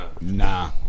Nah